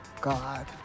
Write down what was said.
God